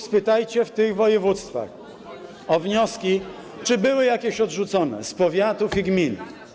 spytajcie w tych województwach o wnioski: czy były jakieś odrzucone z powiatów i gmin.